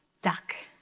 duck.